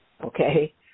okay